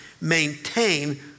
maintain